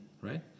right